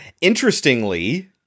Interestingly